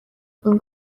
این